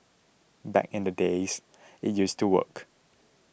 back in the days it used to work